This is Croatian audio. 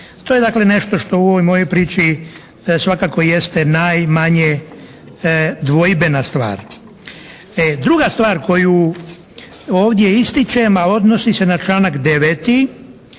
To je dakle nešto što u ovoj mojoj priči svakako jeste najmanje dvojbena stvar. Druga stvar koju ovdje ističem a odnosi se na članak 9.